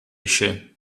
esce